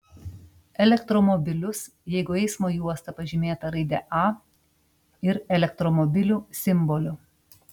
elektromobilius jeigu eismo juosta pažymėta raide a ir elektromobilių simboliu